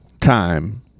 time